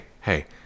hey